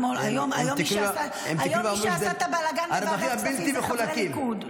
היום מי שעשה את הבלגן בוועדת הכספים זה הליכוד.